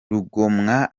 rugomwa